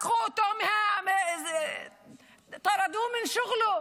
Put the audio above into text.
לקחו אותו (אומרת בערבית:).